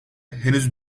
henüz